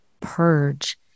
purge